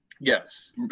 Yes